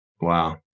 Wow